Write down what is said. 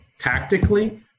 tactically